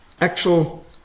actual